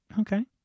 Okay